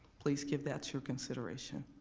please give that your consideration.